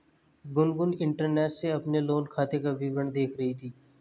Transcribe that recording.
Gungun internet से अपने loan खाते का विवरण देख रही थी